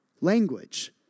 language